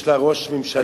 יש לה ראש ממשלה טוב.